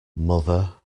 mother